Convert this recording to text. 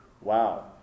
Wow